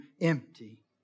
empty